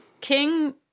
King